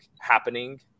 happening